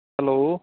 hello